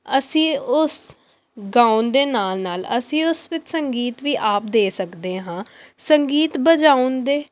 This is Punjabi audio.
ਅਸੀਂ ਉਸ ਗਾਉਣ ਦੇ ਨਾਲ ਨਾਲ ਅਸੀਂ ਉਸ ਵਿੱਚ ਸੰਗੀਤ ਵੀ ਆਪ ਦੇ ਸਕਦੇ ਹਾਂ ਸੰਗੀਤ ਵਜਾਉਣ ਦੇ